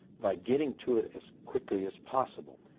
by getting to it as quickly as possible,